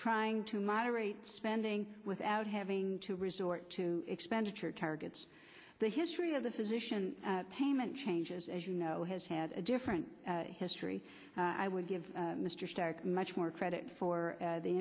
trying to moderate spending without having to resort to expenditure targets the history of the physician payment changes as you know has had a different history i would give mr starke much more credit for